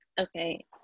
Okay